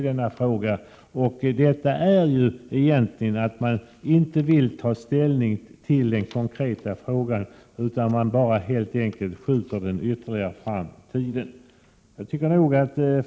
Socialdemokraterna vill tydligen inte ta ställning i den konkreta frågan utan skjuter den helt enkelt ytterligare fram i tiden.